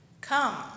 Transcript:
Come